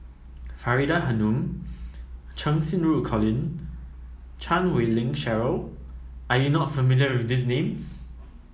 Faridah Hanum Cheng Xinru Colin Chan Wei Ling Cheryl Are you not familiar with these names